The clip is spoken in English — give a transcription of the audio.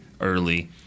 early